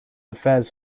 affairs